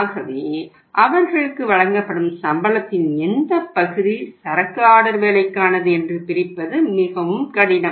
ஆகவே அவர்களுக்கு வழங்கப்படும் சம்பளத்தின் எந்தப் பகுதி சரக்கு ஆர்டர் வேலைக்கானது என்று பிரிப்பது மிகவும் கடினம்